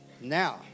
Now